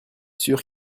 sûr